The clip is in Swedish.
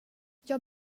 jag